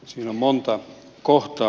siinä on monta kohtaa